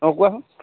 অঁ কোৱাছোন